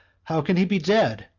how can he be dead,